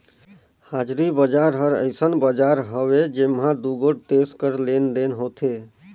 हाजरी बजार हर अइसन बजार हवे जेम्हां दुगोट देस कर लेन देन होथे